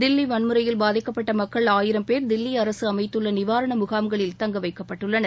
தில்லி வன்முறையில் பாதிக்கப்பட்ட மக்கள் ஆயிரம் பேர் தில்லி அரசு அமைத்துள்ள நிவாரண முகாம்களில் தங்க வைக்கப்பட்டுள்ளனர்